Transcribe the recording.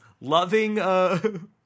loving